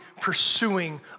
pursuing